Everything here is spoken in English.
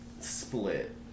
split